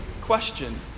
question